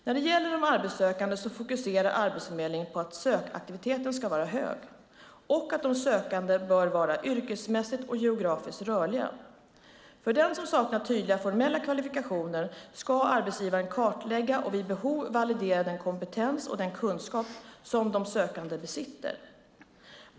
När det gäller de arbetssökande fokuserar Arbetsförmedlingen på att sökaktiviteten ska vara hög och att de sökande bör vara yrkesmässigt och geografiskt rörliga. För den som saknar tydliga formella kvalifikationer ska Arbetsförmedlingen kartlägga och vid behov validera den kompetens och kunskap som den sökande besitter.